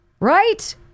Right